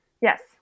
Yes